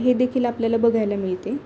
हे देखील आपल्याला बघायला मिळते